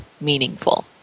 meaningful